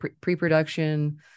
pre-production